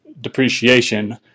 depreciation